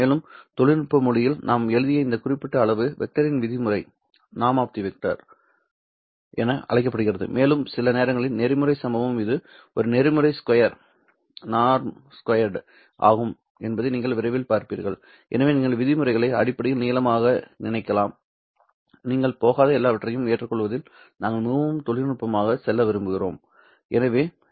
மேலும் தொழில்நுட்ப மொழியில் நாம் எழுதிய இந்த குறிப்பிட்ட அளவு வெக்டரின் விதிமுறை என அழைக்கப்படுகிறது மேலும் சில நேரங்களில் நெறிமுறை சம்பவம் இது ஒரு நெறிமுறை ஸ்கொயர் ஆகும் என்பதை நீங்கள் விரைவில் பார்ப்பீர்கள் எனவே நீங்கள் விதிமுறைகளை அடிப்படையில் நீளமாக நினைக்கலாம் நாங்கள் போகாத எல்லாவற்றையும் ஏற்றுக்கொள்வதில் நாங்கள் மிகவும் தொழில்நுட்பமாக செல்ல விரும்புகிறோம்